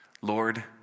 Lord